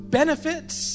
benefits